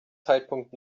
zeitpunkt